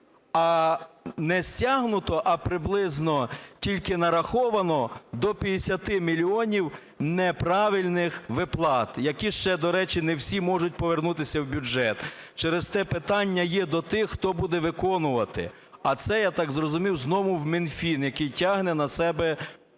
А не стягнуто, а приблизно тільки нараховано – до 50 мільйонів неправильних виплат, які ще, до речі, не всі можуть повернутися в бюджет. Через те питання є до тих, хто буде виконувати, а це, я так зрозумів, знову в Мінфін, який тягне на себе…